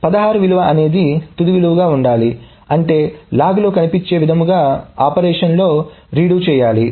16 విలువ అనేది తుది విలువగా ఉండాలి అంటే లాగ్లో కనిపించే విధంగా ఆపరేషన్లో రీడో చేయాలి